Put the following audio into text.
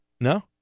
No